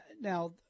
now